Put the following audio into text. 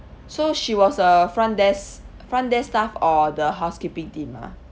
so she was a front desk front desk staff or the housekeeping team ah